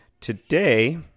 today